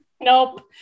Nope